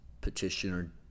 Petitioner